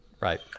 Right